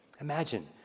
Imagine